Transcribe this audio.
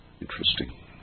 Interesting